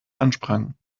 ansprangen